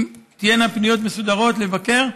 אם תהיינה פניות מסודרות לבקר,